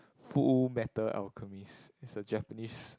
Fullmetal-Alchemist it's a Japanese